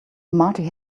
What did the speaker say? marty